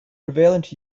prevalent